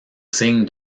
signe